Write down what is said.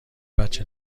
بچه